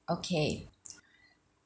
okay